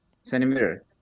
Centimeter